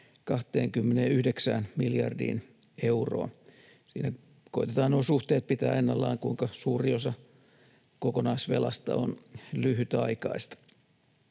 29 miljardiin euroon. Siinä koetetaan nuo suhteet pitää ennallaan, kuinka suuri osa kokonaisvelasta on lyhytaikaista.